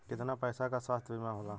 कितना पैसे का स्वास्थ्य बीमा होला?